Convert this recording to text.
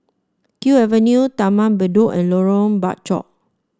Kew Avenue Taman Bedok and Lorong Bachok